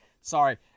Sorry